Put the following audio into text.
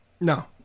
No